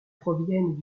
proviennent